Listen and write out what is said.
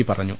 P പറഞ്ഞു